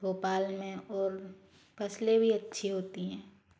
भोपाल में और फसलें भी अच्छी होती हैं